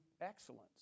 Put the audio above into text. excellence